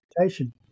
Education